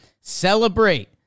celebrate